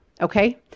Okay